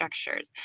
structures